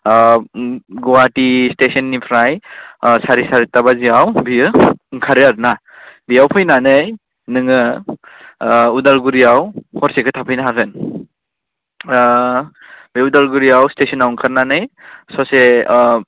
गुवाहाटि स्टेसननिफ्राय सारि सारिता बाजियाव बेयो ओंखारो आरोना बेयाव फैनानै नोङो अदालगुरियाव हरसेखौ थाफैनो हागोन बे अदालगुरियाव स्टेसनाव ओंखारनानै ससे